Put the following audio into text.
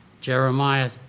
Jeremiah